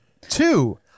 Two